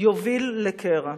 תוביל לקרע.